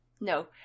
No